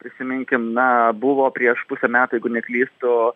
prisiminkim na buvo prieš pusę metų jeigu neklystu